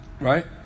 Right